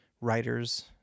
writers